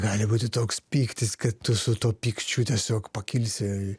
gali būti toks pyktis kad tu su tuo pykčiu tiesiog pakilsi